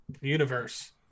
universe